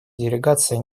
делегация